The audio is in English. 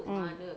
mm